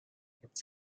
its